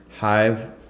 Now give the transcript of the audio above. Hive